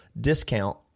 discount